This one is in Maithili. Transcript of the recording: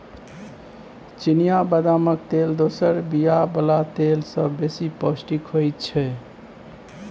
चिनियाँ बदामक तेल दोसर बीया बला तेल सँ बेसी पौष्टिक होइ छै